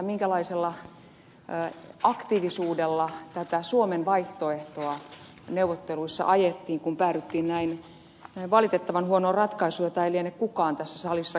minkälaisella aktiivisuudella tätä suomen vaihtoehtoa neuvotteluissa ajettiin kun päädyttiin näin valitettavan huonoon ratkaisuun jota ei liene kukaan tässä salissa kehunut